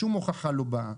שום הוכחה לא באה.